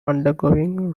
undergoing